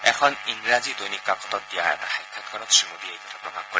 এখন ইংৰাজী দৈনিক কাকতত দিয়া এটা সাক্ষাৎকাৰত শ্ৰীমোদীয়ে এই কথা প্ৰকাশ কৰে